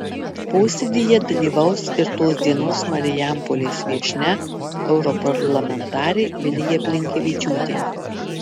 posėdyje dalyvaus ir tos dienos marijampolės viešnia europarlamentarė vilija blinkevičiūtė